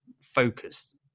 focused